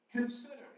Consider